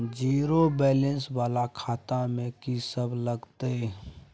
Zero balance वाला खाता में की सब लगतै?